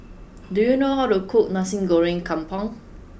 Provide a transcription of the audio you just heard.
do you know how to cook Nasi Goreng Kampung